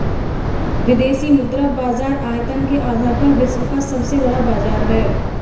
विदेशी मुद्रा बाजार आयतन के आधार पर विश्व का सबसे बड़ा बाज़ार है